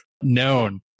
known